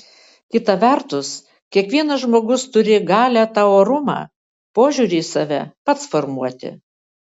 kita vertus kiekvienas žmogus turi galią tą orumą požiūrį į save pats formuoti